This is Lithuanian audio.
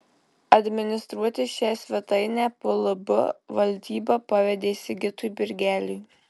administruoti šią svetainę plb valdyba pavedė sigitui birgeliui